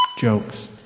Jokes